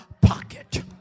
pocket